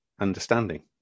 understanding